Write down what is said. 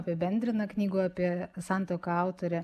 apibendrina knygų apie santuoką autorė